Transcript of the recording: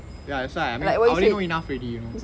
ya that's why I mean I already know enough you know